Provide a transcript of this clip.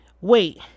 wait